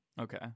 okay